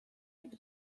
with